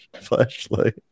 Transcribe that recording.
flashlight